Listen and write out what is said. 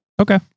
okay